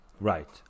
Right